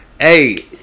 Hey